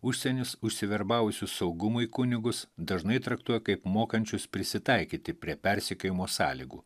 užsienis užsiverbavusių saugumui kunigus dažnai traktuoja kaip mokančius prisitaikyti prie persekiojimo sąlygų